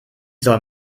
soll